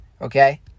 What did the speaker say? Okay